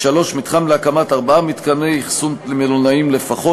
3. מיזם להקמת ארבעה מתקני אכסון מלונאיים לפחות,